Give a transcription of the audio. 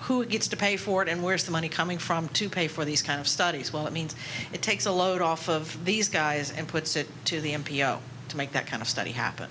who gets to pay for it and where's the money coming from to pay for these kind of studies well that means it takes a load off of these guys and puts it to the m p o to make that kind of study happen